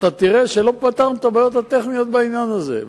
ואתה תראה שלא פתרנו את הבעיות הטכניות בעניין הזה.